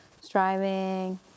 striving